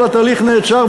אבל התהליך נעצר,